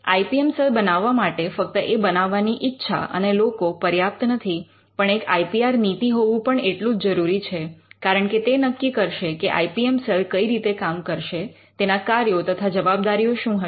I P M cell બનાવવા માટે ફક્ત એ બનાવવાની ઈચ્છા અને લોકો પર્યાપ્ત નથી પણ એક આઈ પી આર નીતિ હોવું પણ એટલું જ જરૂરી છે કારણકે તે નક્કી કરશે કે આઇ પી એમ સેલ કઈ રીતે કામ કરશે તેના કાર્યો તથા જવાબદારીઓ શું હશે